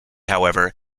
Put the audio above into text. however